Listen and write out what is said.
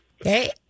Okay